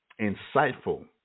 insightful